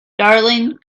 darling